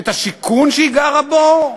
את השיכון שהיא גרה בו?